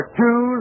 two